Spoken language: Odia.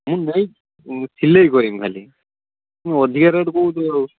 ମୁଁ ଯାଇ ସିଲେଇ କରିବି ଖାଲି ତମେ ଅଧିକା ରେଟ୍ କହୁଛ